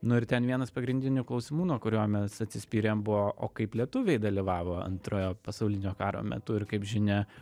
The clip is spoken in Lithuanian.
nu ir ten vienas pagrindinių klausimų nuo kurio mes atsispyrėm buvo o kaip lietuviai dalyvavo antrojo pasaulinio karo metu ir kaip žinia